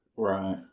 Right